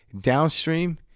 Downstream